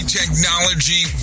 technology